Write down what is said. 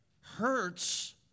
hurts